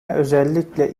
özellikle